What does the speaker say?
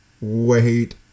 Wait